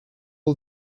all